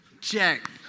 check